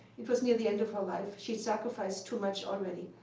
it was near the end of her life. she sacrificed too much already.